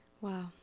Wow